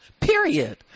Period